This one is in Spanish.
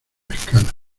escala